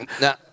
now